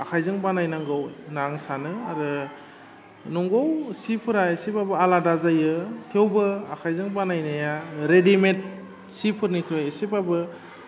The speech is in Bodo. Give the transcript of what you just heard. आखाइजों बानायनांगौ होन्ना आं सानो आरो नंगौ सिफोरा एसेबाबो आलादा जायो थेवबो आखाइजों बानायनाया रेडिमेट सिफोरनिख्रुइ एसेबाबो